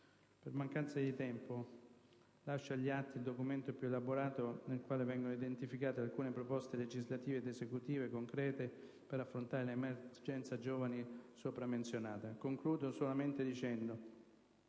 Per mancanza di tempo, deposito agli atti il documento più elaborato nel quale vengono identificate alcune proposte legislative ed esecutive concrete per affrontare l'emergenza giovani sopramenzionata. PRESIDENTE. La Presidenza